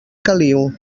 caliu